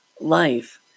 life